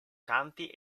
canti